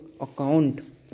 account